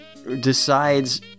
decides